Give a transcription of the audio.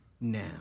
now